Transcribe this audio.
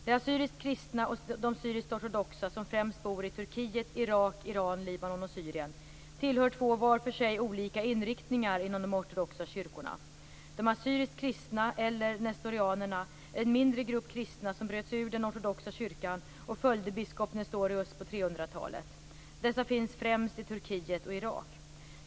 De assyriskt kristna och de syrisk-ortodoxa, som främst bor i Turkiet, Irak, Iran, Libanon och Syrien, tillhör två var för sig olika inriktningar inom de ortodoxa kyrkorna. De assyriskt kristna, eller nestorianerna, är en mindre grupp kristna som bröt sig ur den ortodoxa kyrkan och följde biskopen Nestorius på 300-talet. Dessa finns främst i Turkiet och Irak.